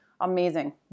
Amazing